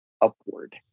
upward